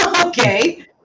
Okay